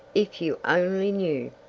if you only knew!